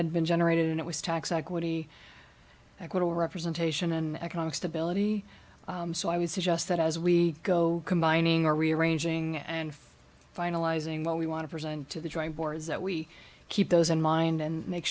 had been generated and it was tax equity equitable representation an economic stability so i would suggest that as we go combining our rearranging and finalizing what we want to present to the drawing boards that we keep those in mind and make